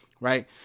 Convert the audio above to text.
right